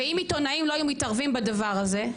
ואם עיתונאים לא היו מתערבים בדבר הזה,